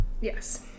Yes